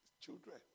children